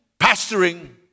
pastoring